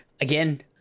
again